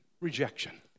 Rejection